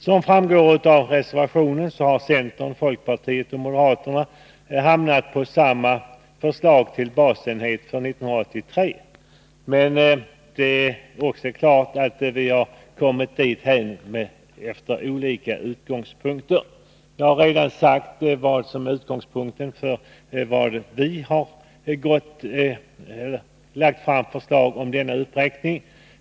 Som framgår av reservationen har centern, folkpartiet och moderaterna hamnat på samma förslag till basenhet för år 1983. Men det är också klart att vi har kommit dithän från olika utgångspunkter. Jag har redan sagt vilken utgångspunkt vi har haft.